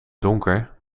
donker